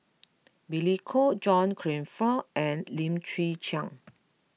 Billy Koh John Crawfurd and Lim Chwee Chian